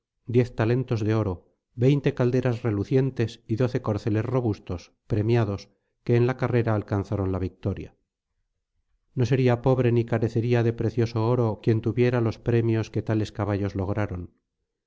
diez talentos de oro veinte calderas relucientes y doce corceles robustos premiados que en la carrera alcanzaron la victoria no sería pobre ni carecería de precioso oro quien tuviera los premios que tales caballos lograron